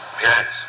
Yes